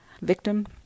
victim